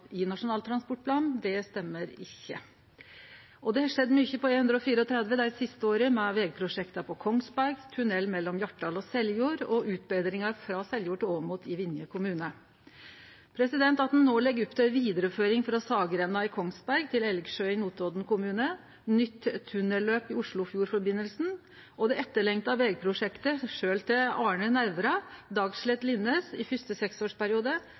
i Nasjonal transportplan. Det stemmer ikkje. Det har skjedd mykje på E134 dei siste åra, med vegprosjekta på Kongsberg, tunnel mellom Hjartdal og Seljord og utbetringar frå Seljord til Åmot i Vinje kommune. At ein no legg opp til ei vidareføring frå Saggrenda i Kongsberg til Elgsjø i Notodden kommune, nytt tunnelløp i Oslofjordforbindelsen og det etterlengta vegprosjektet, sjølv for Arne Nævra, Dagslett–Linnes i fyrste seksårsperiode